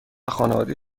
خانواده